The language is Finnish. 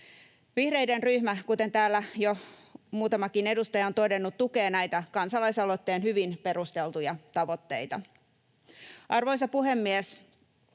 Vihreiden ryhmä, kuten täällä jo muutamakin edustaja on todennut, tukee näitä kansalaisaloitteen hyvin perusteltuja tavoitteita. Arvoisa puhemies!